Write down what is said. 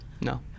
no